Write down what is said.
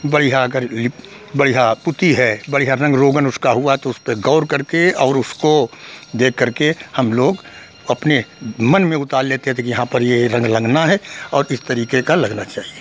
बढ़िया अगर लिप बढ़िया पुती है बढ़िया रंग रोगन उसका हुआ है तो उसपे गौर करके और उसको देखकर के हम लोग अपने मन में उतार लेते थे कि यहाँ पर यह रंग लगना है और इस तरीके का लगना चाहिए